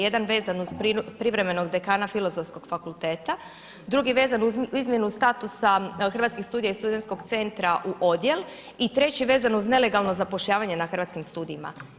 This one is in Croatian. Jedan vezano uz privremenog dekana Filozofskog fakulteta, drugi vezano uz izmjenu statusa Hrvatskih studija iz Studentskog centra u odjel i treći vezan uz nelegalno zapošljavanje na Hrvatskim studijima.